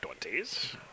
20s